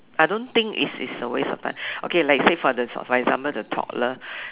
I don't think it's it's a waste of time okay like say for the for example the toddler